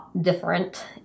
different